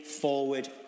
forward